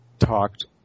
talked